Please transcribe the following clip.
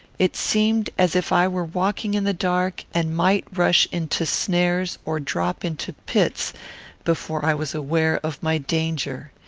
it seemed as if i were walking in the dark and might rush into snares or drop into pits before i was aware of my danger.